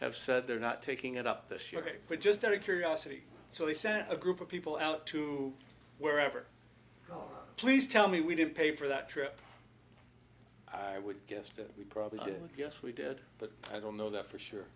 have said they're not taking it up the sugar we're just out of curiosity so we sent a group of people out to wherever oh please tell me we did pay for that trip i would guess that we probably did yes we did but i don't know that for sure